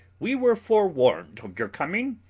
we were fore-warned of your comming,